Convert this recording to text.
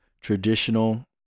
traditional